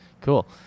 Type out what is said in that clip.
Cool